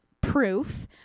proof